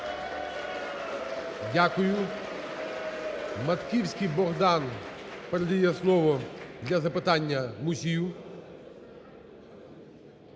Дякую. Матківський Богдан передає слово для запитання Мусію.